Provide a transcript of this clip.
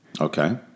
Okay